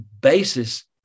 basis